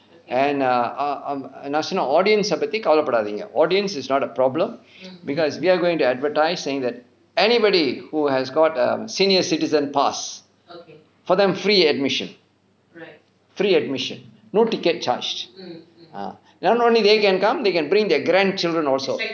and ah ah um a நான் சொன்னேன்:naan sonen audience eh பற்றி கவலை படாதீங்க:patri kavalai padaathinga audience is not a problem because we're going to advertise saying that anybody who has got a senior citizen pass for them free admission free admission no ticket charge not only they can come they can bring their grandchildren also